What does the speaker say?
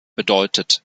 bedeutet